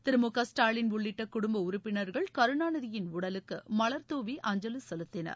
திரு மு க ஸ்டாலின் உள்ளிட்டகுடும்பஉறப்பினா்கள் கருணாநிதியின் உடலுக்குமலர்தாவி அஞ்சலிசெலுத்தினர்